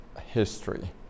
history